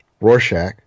Rorschach